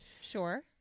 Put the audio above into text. Sure